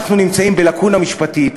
אנחנו נמצאים עם לקונה משפטית,